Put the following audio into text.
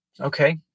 Okay